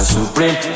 Supreme